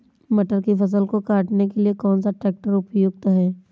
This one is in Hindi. मटर की फसल को काटने के लिए कौन सा ट्रैक्टर उपयुक्त है?